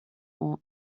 ont